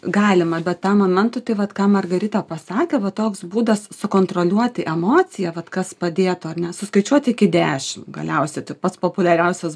galima bet tam momentui tai vat ką margarita pasakė va toks būdas sukontroliuoti emociją vat kas padėtų ar ne suskaičiuot iki dešim galiausiai tai pats populiariausias